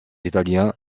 italien